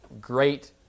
great